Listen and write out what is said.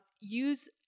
Use